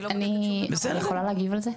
אני יכולה להגיב על זה?